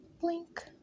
blink